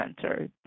center